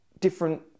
different